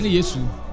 Jesus